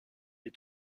est